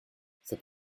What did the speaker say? cette